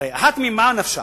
הרי ממך נפשך?